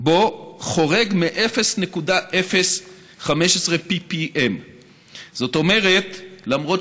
בה חורג מ-0.015 PPM. זאת אומרת, למרות